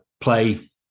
play